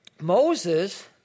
Moses